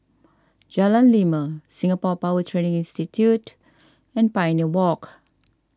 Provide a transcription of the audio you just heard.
Jalan Lima Singapore Power Training Institute and Pioneer Walk